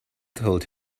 told